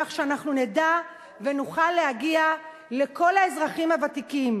כך שאנחנו נדע ונוכל להגיע לכל האזרחים הוותיקים,